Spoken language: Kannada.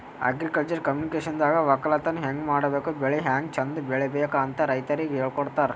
ಅಗ್ರಿಕಲ್ಚರ್ ಕಮ್ಯುನಿಕೇಷನ್ದಾಗ ವಕ್ಕಲತನ್ ಹೆಂಗ್ ಮಾಡ್ಬೇಕ್ ಬೆಳಿ ಹ್ಯಾಂಗ್ ಚಂದ್ ಬೆಳಿಬೇಕ್ ಅಂತ್ ರೈತರಿಗ್ ಹೇಳ್ಕೊಡ್ತಾರ್